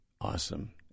awesome